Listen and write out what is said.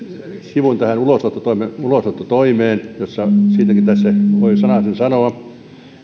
sivuun tähän ulosottotoimeen ulosottotoimeen josta siitäkin tässä voin sanasen sanoa